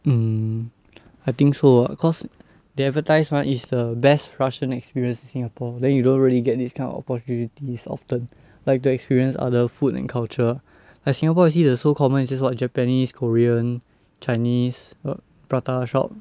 hmm I think so cause they advertise mah is the best russian experience in singapore then you don't really get this kind of opportunities often like to experience other food and culture like singapore you see the so common is just what japanese korean chinese what prata shop